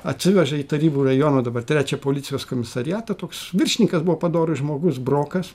atsiveža į tarybų rajono dabar trečią policijos komisariatą toks viršininkas buvo padorus žmogus brokas